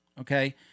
okay